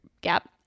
gap